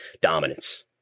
dominance